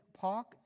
park